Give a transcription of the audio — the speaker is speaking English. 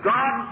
God